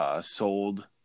Sold